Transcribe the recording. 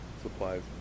supplies